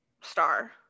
star